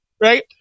right